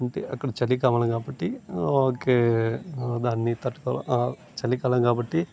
అంటే అక్కడ చలి కాలం కాబట్టి ఒకే దాన్ని తట్టుకోల చలి కాలం కాబట్టి